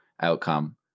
outcome